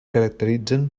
caracteritzen